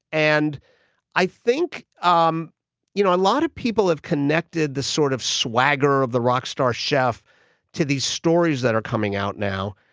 and i think um you know a lot of people have connected the sort of swagger of the rock star chef to these stories that are coming out now.